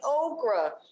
Okra